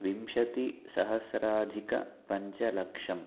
विंशतिसहस्राधिकपञ्चलक्षम्